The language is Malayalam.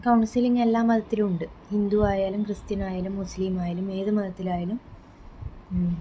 കൗൺസിലിങ്ങ് എല്ലാ മതത്തിലും ഉണ്ട് ഹിന്ദു ആയാലും ക്രിസ്ത്യനായാലും മുസ്ലിമായാലും ഏത് മതത്തിലായാലും